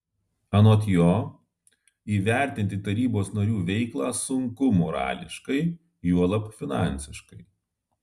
anot jo įvertinti tarybos narių veiklą sunku morališkai juolab finansiškai